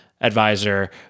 advisor